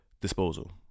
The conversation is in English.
disposal